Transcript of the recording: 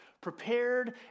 prepared